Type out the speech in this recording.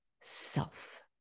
self